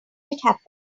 happened